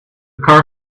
car